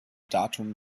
datum